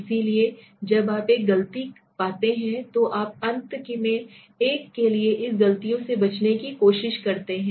इसलिए और जब आप एक गलती पाते हैं तो आप अंत में एक के लिए इस गलतियों से बचने की कोशिश करते हैं